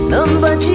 Number